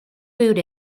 food